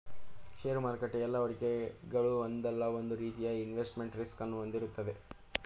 ಷೇರು ಮಾರುಕಟ್ಟೆ ಎಲ್ಲಾ ಹೂಡಿಕೆಗಳು ಒಂದಲ್ಲ ಒಂದು ರೀತಿಯ ಇನ್ವೆಸ್ಟ್ಮೆಂಟ್ ರಿಸ್ಕ್ ಅನ್ನು ಹೊಂದಿರುತ್ತದೆ